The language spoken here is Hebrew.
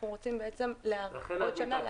אנחנו רוצים בעצם להאריך לעוד שנה.